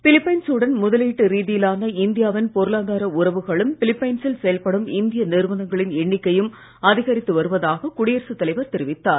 பிலிப்பைன்சுடன் முதலுட்டு ரீதியிலான இந்தியாவின் பொருளாதார உறவுகளும் பிலிப்பைன்சில் செயல்படும் இந்திய நிறுவனங்களின் எண்ணிக்கையும் அதிகரித்து வருவதாக குடியரசுத் தலைவர் தெரிவித்தார்